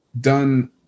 done